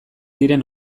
diren